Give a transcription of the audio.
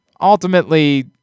Ultimately